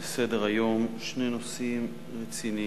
סדר-היום שני נושאים רציניים.